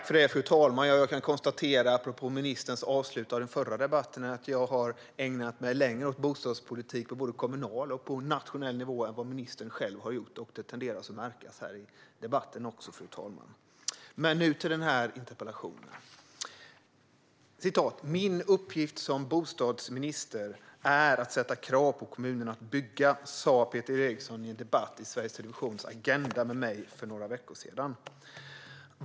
Fru talman! Apropå ministerns sätt att avsluta den förra debatten kan jag konstatera att jag har ägnat mig längre åt bostadspolitik på både kommunal och nationell nivå än vad ministern själv har gjort. Det tenderar också att märkas här i debatten, fru talman. Jag går nu över till att tala om denna interpellation. Min uppgift som bostadsminister är att sätta krav på kommunerna att bygga. Så sa Peter Eriksson i en debatt med mig i Sveriges Televisions Agenda för några veckor sedan.